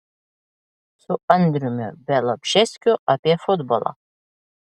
su andriumi bialobžeskiu apie futbolą